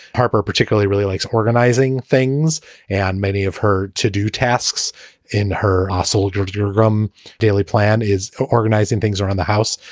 harper particularly really likes organizing things and many of her to do tasks in her ah soldiers. your rum daily plan is for ah organizing things around the house,